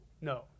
no